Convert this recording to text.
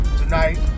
Tonight